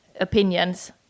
opinions